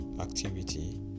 activity